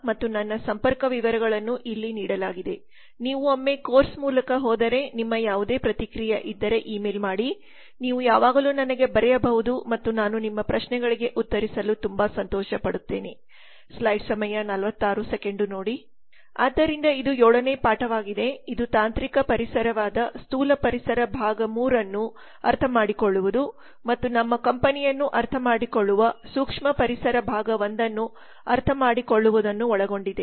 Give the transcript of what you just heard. Biplab Datta ಮತ್ತು ನನ್ನ ಸಂಪರ್ಕ ವಿವರಗಳನ್ನು ಇಲ್ಲಿ ನೀಡಲಾಗಿದೆ ಆದ್ದರಿಂದ ಒಮ್ಮೆ ನಾವು ಕೋರ್ಸ್ ಮೂಲಕ ಹೋದರೆ ಒಮ್ಮೆ ನೀವು ಪಾಠದ ಮೂಲಕ ಹೋದರೆ ನಿಮಗೆ ಯಾವುದೇ ಪ್ರತಿಕ್ರಿಯೆ ಇದ್ದರೆ ಇ ಮೇಲ್ ಮಾಡಿ ನೀವು ಯಾವಾಗಲೂ ನನಗೆ ಬರೆಯಬಹುದು ಮತ್ತು ನಾನು ನಿಮ್ಮ ಪ್ರಶ್ನೆಗಳಿಗೆ ಉತ್ತರಿಸಲು ತುಂಬಾ ಸಂತೋಷಪಡುತ್ತೇನೆ ಆದ್ದರಿಂದ ಇದು 7 ನೇ ಪಾಠವಾಗಿದೆ ಇದು ತಾಂತ್ರಿಕ ಪರಿಸರವಾದ ಸ್ಥೂಲ ಪರಿಸರ ಭಾಗ 3 ಅನ್ನು ಅರ್ಥಮಾಡಿಕೊಳ್ಳುವುದು ಮತ್ತು ನಮ್ಮ ಕಂಪನಿಯನ್ನು ಅರ್ಥಮಾಡಿಕೊಳ್ಳುವ ಸೂಕ್ಷ್ಮ ಪರಿಸರ ಭಾಗ 1 ಅನ್ನು ಅರ್ಥಮಾಡಿಕೊಳ್ಳುವುದನ್ನು ಒಳಗೊಂಡಿದೆ